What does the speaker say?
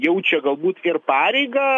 jaučia galbūt ir pareigą